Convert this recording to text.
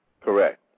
Correct